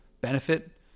benefit